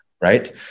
right